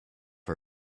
her